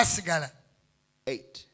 Eight